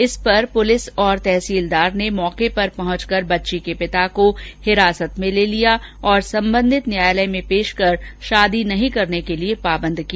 इस पर पुलिस और तहसीलदार ने मौके पर पहुंचकर बच्ची के पिता को हिरासत में ले लिया और संबंधित न्यायालय में पेश कर शादी नही करने के लिये पाबंद किया